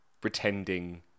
pretending